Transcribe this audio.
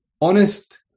honest